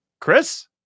Chris